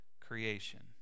creation